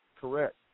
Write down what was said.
correct